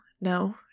no